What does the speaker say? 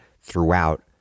throughout